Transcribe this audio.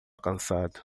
cansado